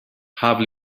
have